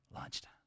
lunchtime